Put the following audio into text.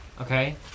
Okay